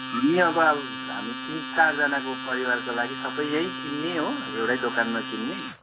हामी अब हामी तिन चारजनाको परिवारको लागि सबै यही किन्ने हो एउटै दोकानमा किन्ने